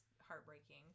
heartbreaking